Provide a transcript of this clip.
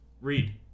Read